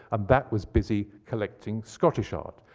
and that was busy collecting scottish art,